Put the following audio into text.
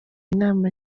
inama